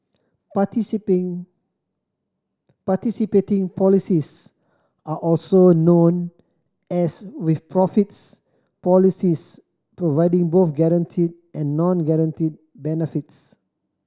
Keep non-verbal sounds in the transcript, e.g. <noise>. <unintelligible> participating policies are also known as with profits policies providing both guaranteed and non guaranteed benefits